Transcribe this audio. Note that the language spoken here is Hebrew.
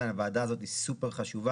עדיין הוועדה הזאת היא סופר חשובה.